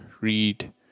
Read